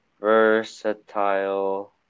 versatile